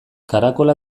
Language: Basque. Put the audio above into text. karakola